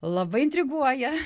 labai intriguoja